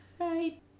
Right